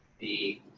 the